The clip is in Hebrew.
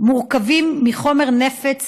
מורכבים מחומר נפץ